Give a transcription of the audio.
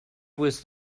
was